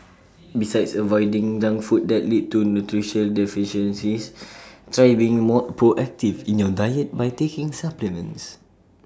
besides avoiding junk food that lead to nutritional deficiencies try being more proactive in your diet by taking supplements